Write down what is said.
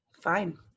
Fine